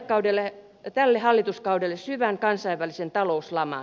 perimme tälle hallituskaudelle syvän kansainvälisen talouslaman